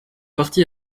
parti